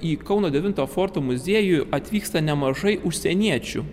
į kauno devinto forto muziejų atvyksta nemažai užsieniečių